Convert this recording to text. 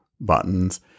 buttons